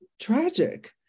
tragic